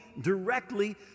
directly